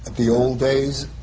the old days,